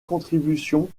contribution